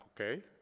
okay